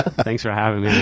thanks for having me